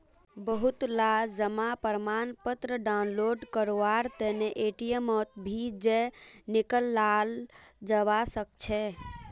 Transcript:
बहुतला जमा प्रमाणपत्र डाउनलोड करवार तने एटीएमत भी जयं निकलाल जवा सकछे